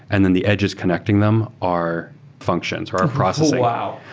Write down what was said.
and then the edges connecting them are functions or processing. wow!